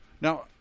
Now